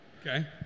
Okay